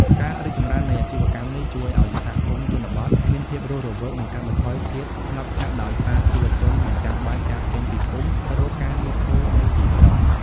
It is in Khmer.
ការរីកចម្រើននៃអាជីវកម្មនេះជួយឱ្យ "សហគមន៍ជនបទមានភាពរស់រវើក" និងកាត់បន្ថយភាពស្ងប់ស្ងាត់ដោយសារយុវជនមិនចាំបាច់ចាកចេញពីភូមិទៅរកការងារធ្វើនៅទីក្រុង។